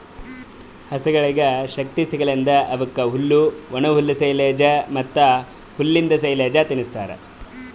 ಹಸುಗೊಳಿಗ್ ಶಕ್ತಿ ಸಿಗಸಲೆಂದ್ ಅವುಕ್ ಹುಲ್ಲು, ಒಣಹುಲ್ಲು, ಸೈಲೆಜ್ ಮತ್ತ್ ಹುಲ್ಲಿಂದ್ ಸೈಲೇಜ್ ತಿನುಸ್ತಾರ್